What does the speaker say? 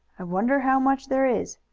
i wonder how much there is,